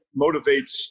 motivates